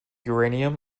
uranium